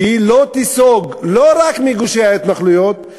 שהיא לא תיסוג לא רק מגושי ההתנחלויות,